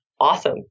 awesome